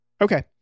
Okay